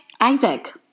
Isaac